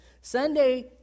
Sunday